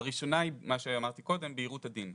הראשונה היא מה שאמרתי קודם, בהירות הדין.